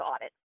audit